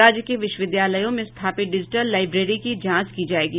राज्य के विश्वविद्यालयों में स्थापित डिजिटल लाईब्रेरी की जांच की जायेगी